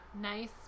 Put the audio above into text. nice